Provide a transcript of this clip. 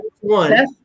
one